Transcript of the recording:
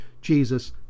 Jesus